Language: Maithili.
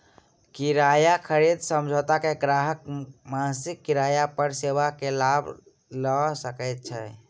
किराया खरीद समझौता मे ग्राहक मासिक किराया पर सेवा के लाभ लय सकैत छै